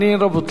רבותי,